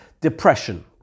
depression